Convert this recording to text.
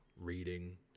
reading